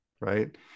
Right